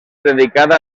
dedicada